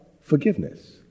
forgiveness